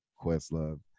Questlove